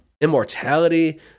Immortality